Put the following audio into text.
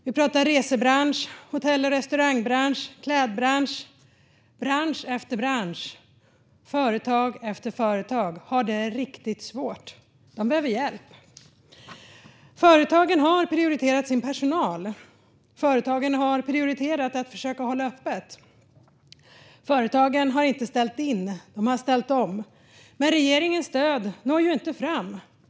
Vi pratar resebransch, hotell och restaurangbransch, klädbransch. Bransch efter bransch, företag efter företag har det riktigt svårt. De behöver hjälp. Företagen har prioriterat sin personal. Företagen har prioriterat att försöka hålla öppet. Företagen har inte ställt in; de har ställt om. Men regeringens stöd når inte fram.